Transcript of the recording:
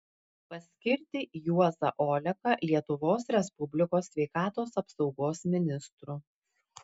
paskirti juozą oleką lietuvos respublikos sveikatos apsaugos ministru